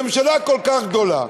ממשלה כל כך גדולה,